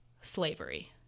slavery